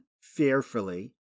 fearfully